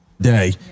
day